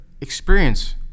experience